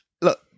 look